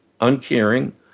uncaring